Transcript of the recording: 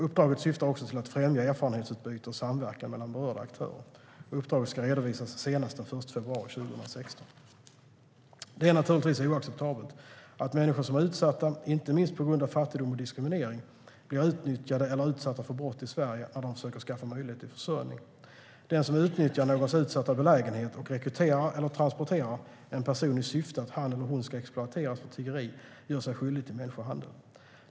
Uppdraget syftar också till att främja erfarenhetsutbyte och samverkan mellan berörda aktörer. Uppdraget ska redovisas senast den 1 februari 2016. Det är naturligtvis oacceptabelt att människor som är utsatta, inte minst på grund av fattigdom och diskriminering, blir utnyttjade eller utsatta för brott i Sverige när de försöker skaffa möjlighet till försörjning. Den som utnyttjar någons utsatta belägenhet och rekryterar eller transporterar en person i syfte att han eller hon ska exploateras för tiggeri gör sig skyldig till människohandel.